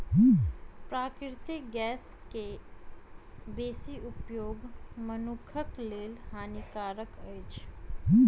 प्राकृतिक गैस के बेसी उपयोग मनुखक लेल हानिकारक अछि